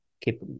keep